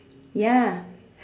ya